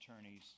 attorneys